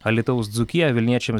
alytaus dzūkija vilniečiams